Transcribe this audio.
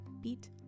Beat